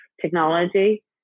technology